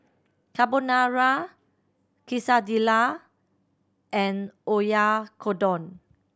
Carbonara Quesadilla and Oyakodon